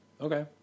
Okay